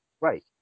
Right